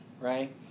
Right